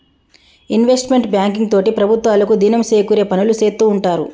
investment banking తోటి ప్రభుత్వాలకు దినం సేకూరే పనులు సేత్తూ ఉంటారు